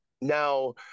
Now